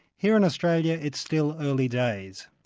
here in australia it's still early days.